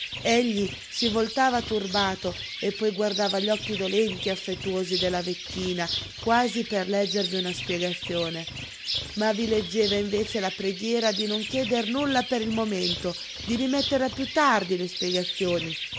egli si voltava turbato e poi guardava gli occhi dolenti e affettuosi della vecchina quasi per leggervi una spiegazione ma vi leggeva invece la preghiera di non chieder nulla per il momento di rimettere a piú tardi le spiegazioni